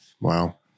Wow